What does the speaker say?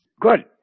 Good